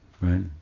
Right